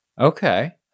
Okay